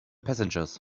passengers